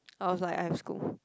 I was like I have school